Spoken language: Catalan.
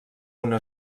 una